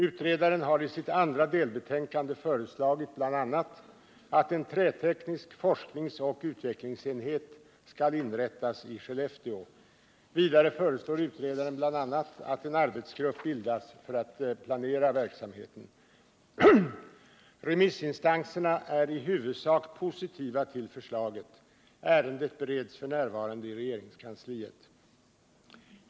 Utredaren har i sitt andra delbetänkande föreslagit bl.a. att en träteknisk forskningsoch utvecklingsenhet skall inrättas i Skellefteå. Vidare föreslår utredaren bl.a. att en arbetsgrupp bildas för att planera verksamheten. Remissinstanserna är i huvudsak positiva till förslaget. Ärendet bereds f. n. i regeringskansliet.